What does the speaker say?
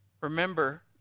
remember